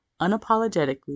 unapologetically